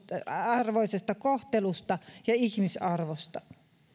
arvoisesta kohtelusta ja ihmisarvosta